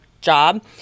job